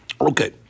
Okay